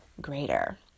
greater